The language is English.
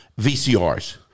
VCRs